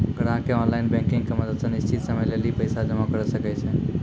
ग्राहकें online banking के मदत से निश्चित समय लेली पैसा जमा करै सकै छै